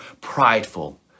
prideful